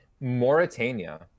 Mauritania